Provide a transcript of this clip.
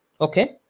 Okay